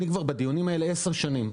אני בדיונים האלה כבר עשר שנים.